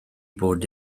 bod